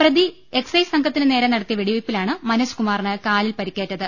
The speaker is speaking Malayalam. പ്രതി എക്സൈസ് സംഘത്തിന് നേരെ നട ത്തിയ വെടിവെയ്പിലാണ് മനോജ് കുമാറിന് കാലിന് പരിക്കേറ്റത്